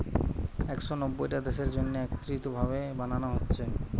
একশ নব্বইটা দেশের জন্যে একত্রিত ভাবে বানানা হচ্ছে